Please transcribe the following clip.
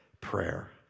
prayer